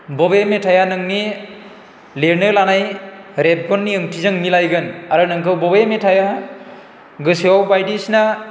बबे मेथाइया नोंनि लिरनो लानाय रेबगननि ओंथिजों मिलायगोन आरो नोंखौ बबे मेथाइया गोसोआव बायदिसिना